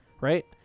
right